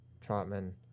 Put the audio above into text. Trotman